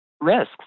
risks